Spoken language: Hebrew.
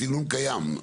הצינון קיים.